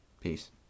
Peace